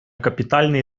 капітальний